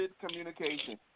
communication